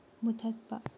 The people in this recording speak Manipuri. ꯃꯨꯊꯠꯄ